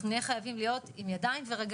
אנחנו נהיה חייבים להיות עם ידיים ורגליים